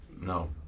no